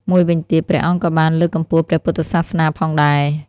មួយវិញទៀត ព្រះអង្គក៏បានលើកកម្ពស់ព្រះពុទ្ធសាសនាផងដែរ។